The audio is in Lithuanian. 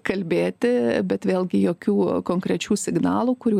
kalbėti bet vėlgi jokių konkrečių signalų kurių